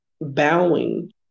bowing